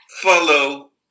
follow